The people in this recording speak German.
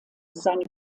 seine